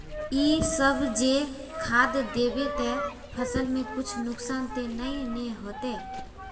इ सब जे खाद दबे ते फसल में कुछ नुकसान ते नय ने होते